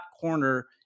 corner